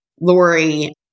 Lori